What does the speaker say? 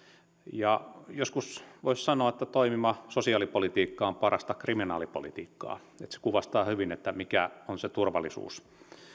joskus voisi sanoa että toimiva sosiaalipolitiikka on parasta kriminaalipolitiikkaa se kuvastaa hyvin mikä on se turvallisuus